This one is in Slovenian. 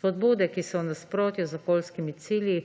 Spodbude, ki so v nasprotju z okoljskimi cilji